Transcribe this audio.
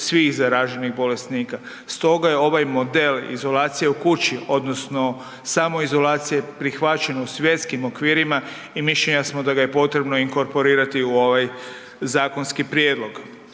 svih zaraženih bolesnika. Stoga je ovaj model izolacije u kući, odnosno samoizolacije prihvaćen u svjetskim okvirima i mišljenja smo da ga je potrebno inkorporirati u ovaj zakonski prijedlog.